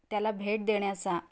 त्याला भेट देण्याचा